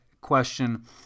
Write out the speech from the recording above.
question